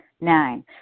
Nine